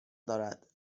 دارد